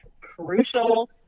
crucial